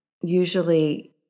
usually